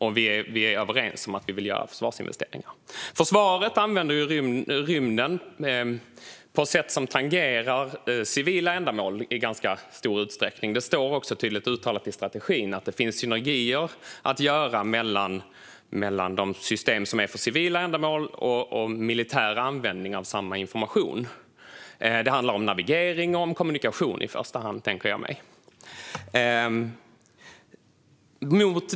Vi är överens om att vi vill göra försvarsinvesteringar. Försvaret använder rymden på ett sätt som tangerar civila ändamål, i ganska stor utsträckning. Det står också tydligt uttalat i strategin att det finns synergier mellan de system som är för civila ändamål och militär användning av samma information. Det handlar i första hand om navigering och om kommunikation, tänker jag mig.